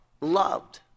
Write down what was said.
loved